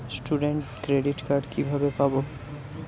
Student credit card কিভাবে পাব?